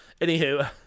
anywho